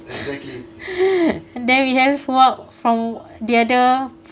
and then we have walked from the other